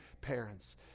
parents